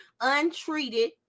untreated